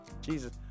Jesus